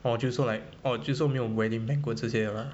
orh 就是说 like 没有 wedding banquet 这些 liao ah